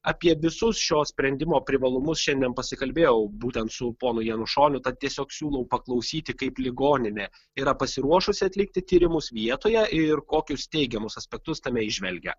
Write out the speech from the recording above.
apie visus šio sprendimo privalumus šiandien pasikalbėjau būtent su ponu janušoniu tad tiesiog siūlau paklausyti kaip ligoninė yra pasiruošusi atlikti tyrimus vietoje ir kokius teigiamus aspektus tame įžvelgia